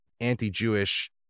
anti-Jewish